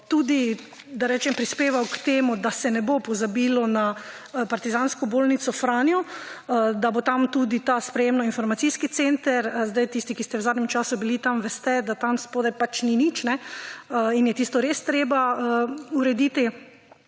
amandma bo prispeval k temu, da se ne bo pozabilo Partizansko bolnico Franjo, da bo tam tudi ta sprejemno-informacijski center. Tisti, ki ste v zadnjem času bili tam, veste, da tam spodaj pač ni nič, in je to res treba urediti.